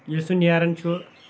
ییٚلہِ سُہ نیران چھُ